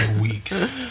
weeks